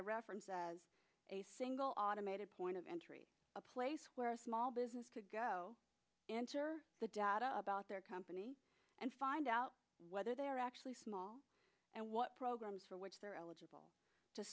i reference as a single automated point of entry a place where a small business to go into the data about their company and find out whether they are actually small and what programs for which they're el